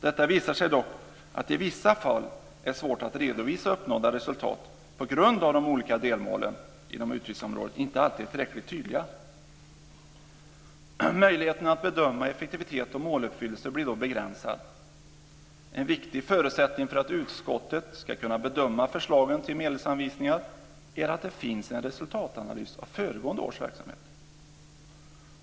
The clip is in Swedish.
Det visar sig dock att det i vissa fall är svårt att redovisa uppnådda resultat på grund av att de olika delmålen inom utgiftsområdet inte alltid är tillräckligt tydliga. Möjligheten att bedöma effektivitet och måluppfyllelse blir då begränsad. En viktig förutsättning för att utskottet ska kunna bedöma förslagen till medelsanvisningar är att det finns en resultatanalys av föregående års verksamhet.